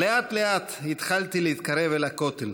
"לאט-לאט התחלתי להתקרב אל הכותל,